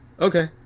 Okay